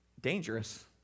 dangerous